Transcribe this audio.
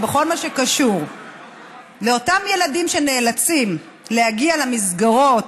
בכל מה שקשור לאותם ילדים שנאלצים להגיע למסגרות,